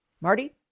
Marty